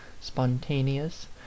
spontaneous